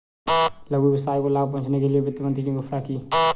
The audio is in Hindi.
लघु व्यवसाय को लाभ पहुँचने के लिए वित्त मंत्री ने घोषणा की